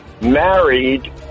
married